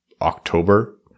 october